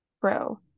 bro